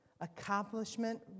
accomplishment